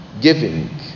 giving